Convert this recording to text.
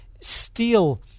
steal